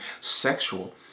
sexual